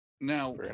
Now